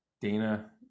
Dana